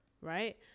right